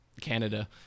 Canada